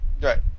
right